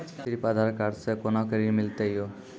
सिर्फ आधार कार्ड से कोना के ऋण मिलते यो?